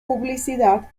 publicidad